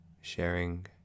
sharing